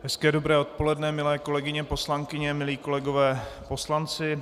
Hezké dobré odpoledne, milé kolegyně poslankyně, milí kolegové poslanci.